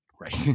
Right